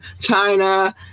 China